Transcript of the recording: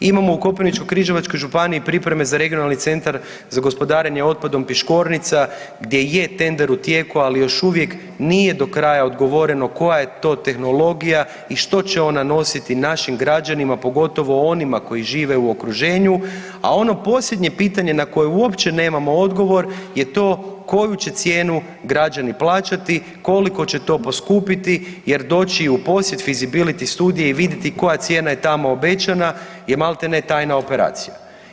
Imamo u Koprivničko-križevačkoj županiji pripreme za Regionalni centar za gospodarenje otpadom Piškornica, gdje je tender u tijeku, ali još uvijek nije do kraja odgovoreno koja je to tehnologija i što će ona nositi našim građanima, pogotovo onima koji žive u okruženju, a ono posljednje pitanje na koje uopće nemamo odgovor je to koju će cijenu građani plaćati, koliko će to poskupiti jer doći u posjed feasibility studije i vidjeti koja cijena je tamo obećana je malte ne tajna operacija.